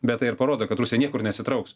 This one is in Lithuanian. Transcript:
bet tai ir parodo kad rusija niekur nesitrauks